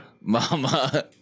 Mama